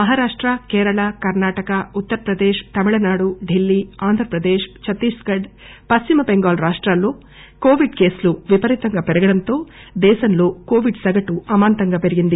మహారాష్ట కేరళ కర్నాటక ఉత్తర్ ప్రదేశ్ తమిళనాడు ఢిల్లీ ఆంధ్రప్రదేశ్ ఛత్తీస్ గఢ్ పశ్చిమ బెంగాల్ రాష్టాల్లో కోవిడ్ కేసులు విపరీతంగా పెరగటంతో దేశంలో కోవిడ్ సగటు అమాంతంగా పెరిగింది